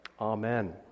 Amen